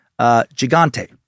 Gigante